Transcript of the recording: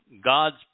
God's